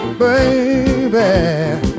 baby